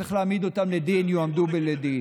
שצריך להעמיד אותם לדין יועמדו לדין.